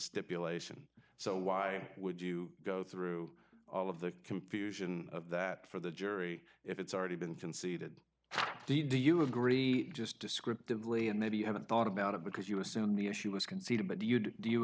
stipulation so why would you go through all of the confusion of that for the jury if it's already been conceded do you agree just descriptively and then you haven't thought about it because you assume the issue was conceded but do you do you